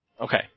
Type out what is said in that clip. Okay